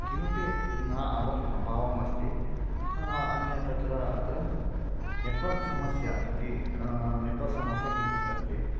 किमपि न अब अभवम् अस्ति अन्य तत्र अत्र नेट्वर्क् समस्या इति नेट्वर्क् समस्या किञ्चित् अस्ति